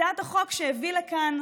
הצעת החוק שהביא לכאן,